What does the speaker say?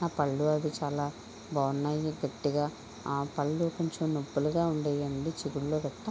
నా పళ్ళు అవి చాలా బాగున్నాయి గట్టిగా పళ్ళు కొంచెం నొప్పులుగా ఉండేవండి చిగుళ్ళను బట్టి